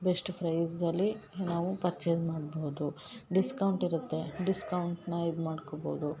best price ಅಲ್ಲಿ ನಾವು purchase ಮಾಡ್ಬೌದು ಡಿಸ್ಕೌಂಟ್ ಇರತ್ತೆ ಡಿಸ್ಕೌಂಟ್ನ ಇದು ಮಾಡ್ಕೋಬೌದು